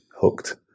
hooked